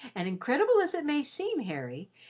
and, incredible as it may seem, harry,